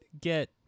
get